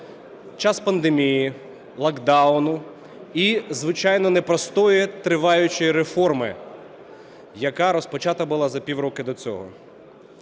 час пандемії, локдауну і, звичайно, непростої триваючої реформи, яка розпочата була за півроку до цього.